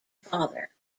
father